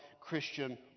Christian